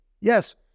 Yes